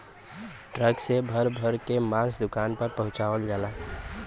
truck से भर भर के मांस दुकान पर पहुंचवाल जाला